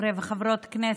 חברי וחברות הכנסת,